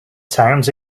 towns